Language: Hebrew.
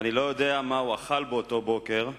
ואני לא יודע מה הוא אכל באותו בוקר,